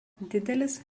didelis